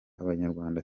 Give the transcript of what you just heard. abanyarwanda